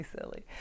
silly